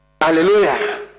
Hallelujah